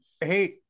Hey